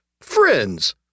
friends